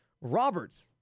Roberts